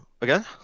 again